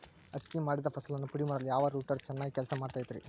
ಅಕ್ಕಿ ಮಾಡಿದ ಫಸಲನ್ನು ಪುಡಿಮಾಡಲು ಯಾವ ರೂಟರ್ ಚೆನ್ನಾಗಿ ಕೆಲಸ ಮಾಡತೈತ್ರಿ?